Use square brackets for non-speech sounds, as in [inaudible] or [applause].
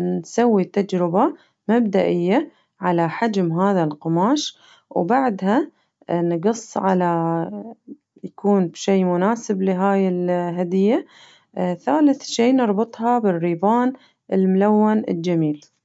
نسوي تجربة مبدأية على حجم هذا القماش وبعدها نقص على يكون شي مناسب لهاي الهدية [hesitation] ثالث شي نربطها بالريبان الملون الجميل.